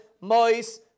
mois